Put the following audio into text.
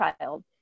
child